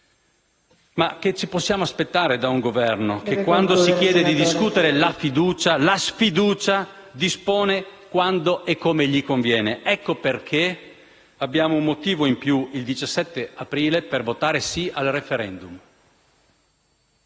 Ma che ci possiamo aspettare da un Governo che, quando si chiede di discutere la sfiducia, dispone quando e come gli conviene? Ecco perché abbiamo un motivo in più, il 17 aprile, per votare sì al *referendum*.